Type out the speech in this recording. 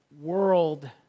world